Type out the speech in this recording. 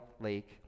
lake